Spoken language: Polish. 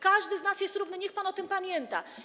Każdy z nas jest równy - niech pan o tym pamięta.